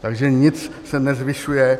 Takže nic se nezvyšuje.